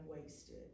wasted